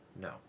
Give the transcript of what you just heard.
No